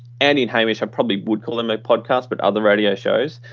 and and hamich, i probably would call them a podcast but other radio shows,